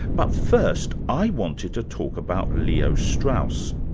but first i wanted to talk about leo strauss.